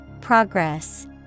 Progress